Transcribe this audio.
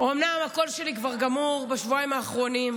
אומנם הקול שלי כבר גמור בשבועיים האחרונים,